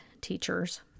teachers